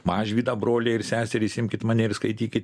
mažvydą broliai ir seserys imkit mane ir skaitykit